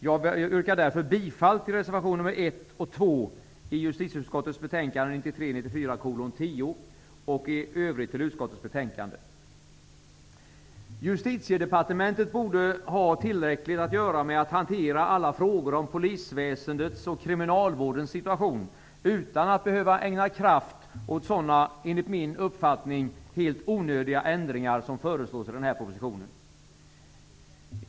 Jag yrkar därför bifall till reservationerna 1 Justitiedepartementet borde ha tillräckligt att göra med att hantera alla frågor om polisväsendets och kriminalvårdens situation utan att behöva ägna kraft åt sådana, enligt min uppfattning, helt onödiga ändringar som föreslås i den här propositionen.